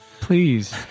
Please